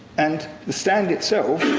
and the stand itself,